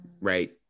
right